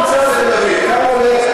בממוצע כמה עולה, ?